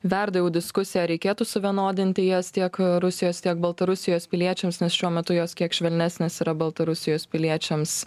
verda jau diskusija ar reikėtų suvienodinti jas tiek rusijos tiek baltarusijos piliečiams nes šiuo metu jos kiek švelnesnės yra baltarusijos piliečiams